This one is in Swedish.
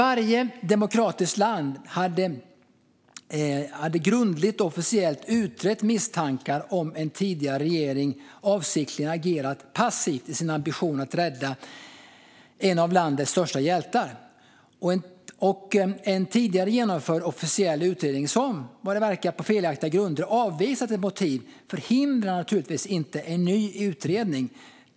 Varje demokratiskt land hade grundligt och officiellt utrett misstankar om en tidigare regering avsiktligen agerat passivt i sin ambition att rädda en av landets största hjältar. En tidigare genomförd officiell utredning som, vad det verkar på felaktiga grunder, avvisat ett motiv förhindrar naturligtvis inte en ny utredning.